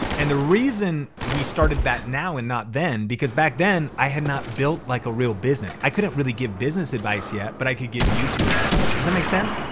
and the reason we started that now and not then because back then i had not built like a real business. i couldn't really give business advice yet, but i could give youtube advice. does that make sense?